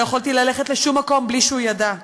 לא יכולתי ללכת לשום מקום בלי שהוא ידע,